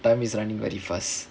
time is running very fast